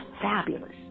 fabulous